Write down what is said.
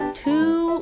two